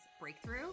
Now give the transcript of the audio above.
breakthrough